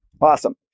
Awesome